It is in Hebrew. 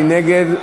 מי נגד?